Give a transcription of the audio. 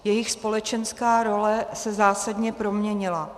Jejich společenská role se zásadně proměnila.